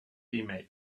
email